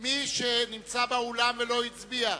יש מי שנמצא באולם ולא הצביע?